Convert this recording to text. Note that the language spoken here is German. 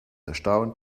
erstaunt